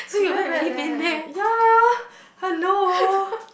you very bad leh ya hello